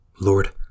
Lord